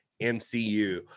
MCU